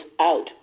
out